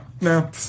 No